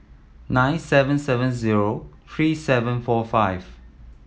nine seven seven zero three seven four five